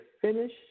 finish